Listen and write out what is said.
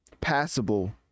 passable